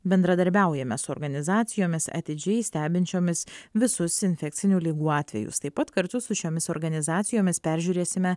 bendradarbiaujame su organizacijomis atidžiai stebinčiomis visus infekcinių ligų atvejus taip pat kartu su šiomis organizacijomis peržiūrėsime